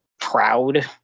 proud